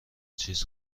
چیز